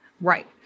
Right